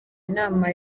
inama